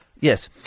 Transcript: Yes